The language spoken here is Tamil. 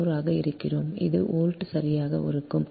234 ஆக இருக்கிறோம் அது வோல்ட் சரியாக இருக்கும்